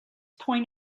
point